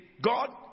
God